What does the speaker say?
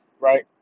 right